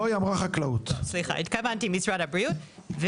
התכוונתי משרד הבריאות.